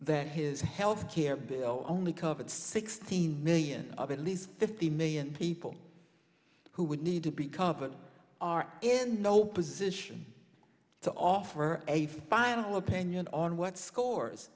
that his health care bill only covered sixteen million of at least fifty million people who would need to be covered are in no position to offer a final opinion on what scores